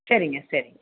சரிங்க சரி